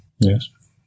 Yes